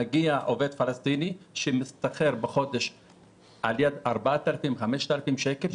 מגיע עובד פלסטיני שמשתכר בחודש 4,000 5,000 שקל,